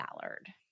Ballard